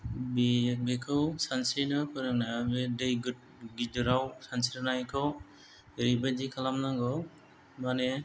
बेखौ सानस्रिनोखौ फोरोंनायाव बे दै गिदिराव सानस्रिनायखौ ओरैबायदि खालामनांगौ माने